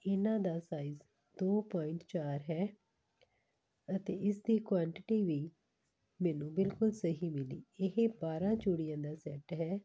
ਇਹਨਾਂ ਦਾ ਸਾਈਜ਼ ਦੋ ਪੁਆਇੰਟ ਚਾਰ ਹੈ ਅਤੇ ਇਸਦੀ ਕੁਆਂਟਿਟੀ ਵੀ ਮੈਨੂੰ ਬਿਲਕੁਲ ਸਹੀ ਮਿਲੀ ਇਹ ਬਾਰਾਂ ਚੂੜੀਆਂ ਦਾ ਸੈੱਟ ਹੈ